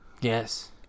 Yes